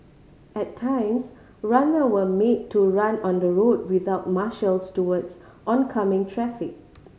at times runner were made to run on the road without marshals towards oncoming traffic